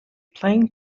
playing